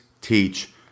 teach